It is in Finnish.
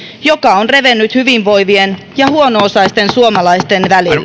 joka on revennyt hyvinvoivien ja huono osaisten suomalaisten